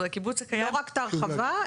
לא רק את ההרחבה.